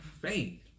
faith